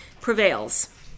prevails